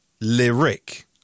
Lyric